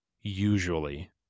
usually